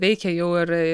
veikia jau ir